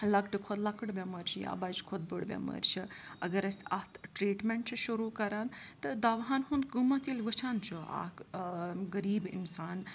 لۄکٹہِ کھۄتہٕ لۄکٕٹ بٮ۪مٲرۍ چھِ یا بَجہِ کھۄتہٕ بٔڑ بٮ۪مٲرۍ چھِ اگر أسۍ اَتھ ٹرٛیٖٹمٮ۪نٛٹ چھِ شروٗع کَران تہٕ دَواہَن ہُنٛد قۭمَتھ ییٚلہِ وٕچھان چھُ اَکھ غریٖب اِنسان